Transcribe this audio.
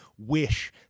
wish